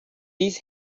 this